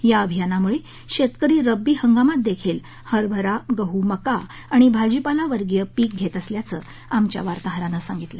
या अभियानामुळे शेतकरी रब्बी हंगामात देखील हरबरा गहू मका आणि भाजीपाला वर्गीय पिक घेत असल्याचं आमच्या वार्ताहरानं सांगितलं